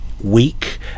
weak